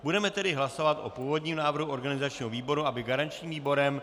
Budeme tedy hlasovat o původním návrhu organizačního výboru, aby garančním výborem...